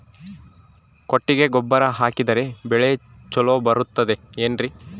ಕೊಟ್ಟಿಗೆ ಗೊಬ್ಬರ ಹಾಕಿದರೆ ಬೆಳೆ ಚೊಲೊ ಬರುತ್ತದೆ ಏನ್ರಿ?